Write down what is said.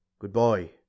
Goodbye